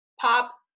pop